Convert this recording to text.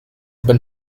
been